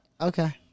Okay